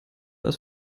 als